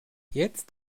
jetzt